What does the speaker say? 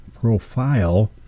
profile